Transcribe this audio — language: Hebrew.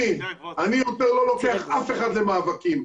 אני יותר לא לוקח אף אחד למאבקים.